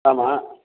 ஆமாம்